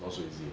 not so easy